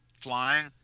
flying